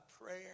prayer